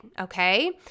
okay